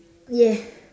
yeah